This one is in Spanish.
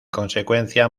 consecuencia